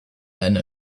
einer